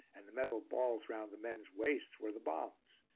and the metal balls round the men's waists were the bombs.